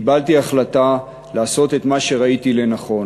וקיבלתי החלטה לעשות את מה שראיתי לנכון,